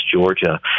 Georgia